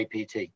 APT